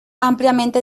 ampliamente